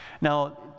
Now